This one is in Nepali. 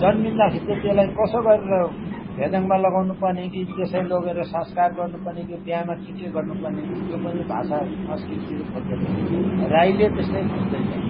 जन्मिँदाखेरि चाहिँ त्यसलाई कसो गरेर फेदाङमा लगाउनु पर्ने कि त्यसै लगेर संस्कार गर्नुपर्ने कि बिहामा के के गर्नुपर्ने त्यो पनि भाषा संस्कृतिहरू खोज्दैछन् राईले त्यस्तै खोज्दैछ